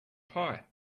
pie